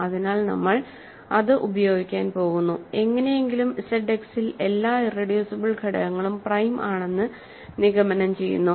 അതിനാൽനമ്മൾ അത് ഉപയോഗിക്കാൻ പോകുന്നു എങ്ങനെയെങ്കിലും ZX ൽ എല്ലാ ഇറെഡ്യൂസിബിൾ ഘടകങ്ങളും പ്രൈം ആണെന്ന് നിഗമനം ചെയ്യുന്നു